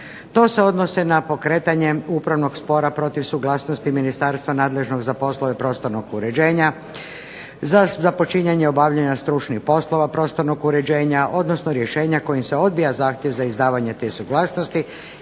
To se odnosi na pokretanje upravnog spora protiv suglasnosti ministarstva nadležnog za poslove prostornog uređenja, za započinjanje obavljanja stručnih poslova prostornog uređenja, odnosno rješenja kojim se odbija zahtjev za izdavanje te suglasnosti